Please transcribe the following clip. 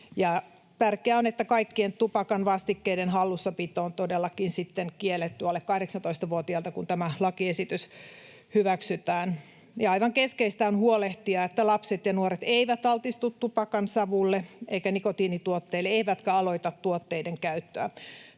Tärkeää on, että kaikkien tupakan vastikkeiden hallussapito on todellakin sitten kielletty alle 18-vuotiailta, kun tämä lakiesitys hyväksytään. Aivan keskeistä on huolehtia, että lapset ja nuoret eivät altistu tupakansavulle eivätkä nikotiinituotteille eivätkä aloita tuotteiden käyttöä.